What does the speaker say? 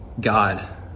God